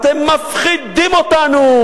אתם מפחידים אותנו.